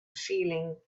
feeling